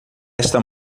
esta